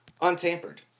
untampered